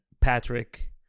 Patrick